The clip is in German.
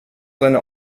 seine